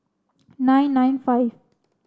nine nine five